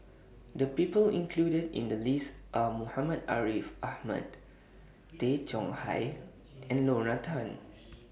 The People included in The list Are Muhammad Ariff Ahmad Tay Chong Hai and Lorna Tan